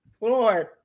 Lord